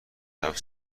حرف